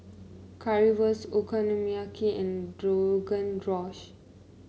Currywurst Okonomiyaki and Rogan Josh